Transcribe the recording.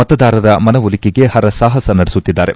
ಮತದಾರರ ಮನವೊಲಿಕೆಗೆ ಹರಸಾಹಸ ನಡೆಸುತ್ತಿದ್ದಾರೆ